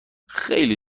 خیلی